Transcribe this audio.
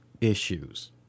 issues